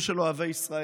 זה לא פשוט.